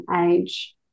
age